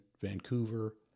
Vancouver